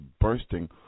bursting